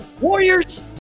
Warriors